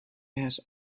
has